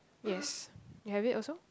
yes you have it also